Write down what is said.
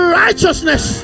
righteousness